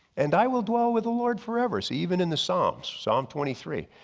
and i will dwell with the lord forever. see even in the psalms psalm twenty three.